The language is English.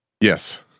Yes